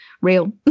real